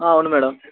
అవును మేడమ్